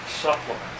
supplements